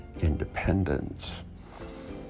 independence